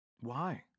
Why